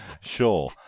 Sure